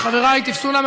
חבר הכנסת ג'מעה אזברגה,